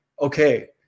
Okay